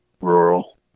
rural